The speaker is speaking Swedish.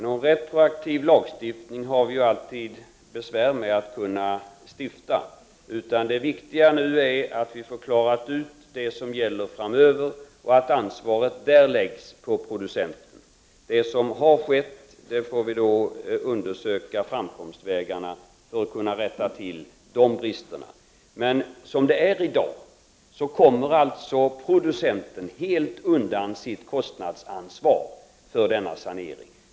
Herr talman! Vi har ju alltid besvär när det gäller att stifta retroaktiva lagar. Det viktiga är att klara ut vad som skall gälla framöver och att ansvaret kommer att läggas på producenten. När det gäller de brister som redan har uppstått får vi undersöka om det finns några framkomstvägar, så att vi kan rätta till det hela. I dag kommer alltså producenten helt undan sitt kostnadsansvar för saneringen.